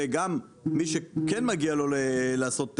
וגם מי שכן מגיע לו לעשות הסדר,